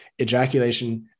ejaculation